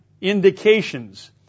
indications